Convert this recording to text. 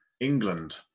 England